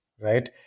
right